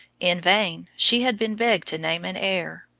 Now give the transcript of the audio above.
in vain she had been begged to name an heir.